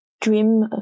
dream